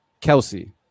Kelsey